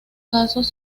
casos